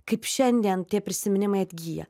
kaip šiandien tie prisiminimai atgyja